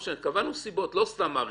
קבענו סיבות, לא סתם מאריכים.